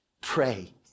pray